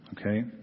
okay